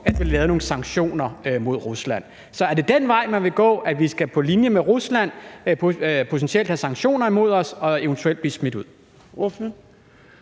blive lavet nogle sanktioner mod dem. Så er det den vej, man vil gå, altså at vi skal være på linje med Rusland og potentielt få sanktioner imod os og eventuelt blive smidt ud?